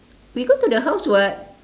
we go to the house [what]